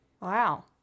wow